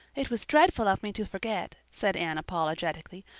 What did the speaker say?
it was dreadful of me to forget, said anne apologetically,